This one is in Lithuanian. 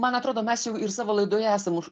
man atrodo mes jau ir savo laidoje esam už